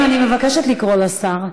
חברים, אני מבקשת לקרוא לשר.